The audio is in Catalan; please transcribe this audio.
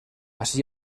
ací